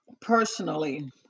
personally